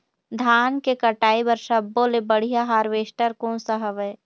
धान के कटाई बर सब्बो ले बढ़िया हारवेस्ट कोन सा हवए?